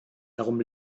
darum